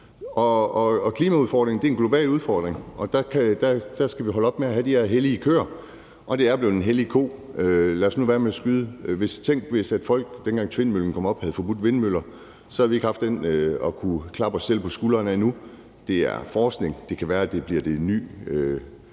Klimaudfordringen er en global udfordring, og der skal vi holde op med at have de her hellige køer, og det her er blevet en hellig ko, som vi nu skal lade være med at skyde. Tænk engang, hvis folk, dengang Tvindmøllen blev sat op, havde forbudt vindmøller – så havde vi ikke haft den at klappe os selv på skulderen af nu. Det er forskning. Det kan være, at det bliver det nye